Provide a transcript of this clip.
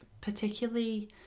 particularly